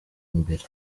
imbere